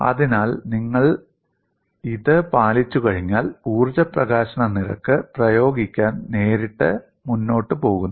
അതിനാൽ നിങ്ങൾ ഇത് പാലിച്ചുകഴിഞ്ഞാൽ ഊർജ്ജ പ്രകാശന നിരക്ക് പ്രയോഗിക്കാൻ നേരിട്ട് മുന്നോട്ട് പോകുന്നു